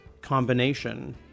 combination